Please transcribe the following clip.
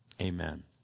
Amen